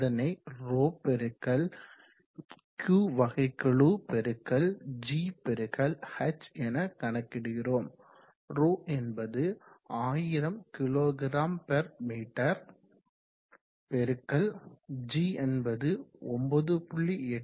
அதனை ρ q dot gh என கணக்கிடுகிறோம் ρ என்பது 1000 kgm பெருக்கல் g என்பது 9